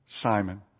Simon